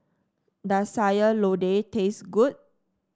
does Sayur Lodeh taste good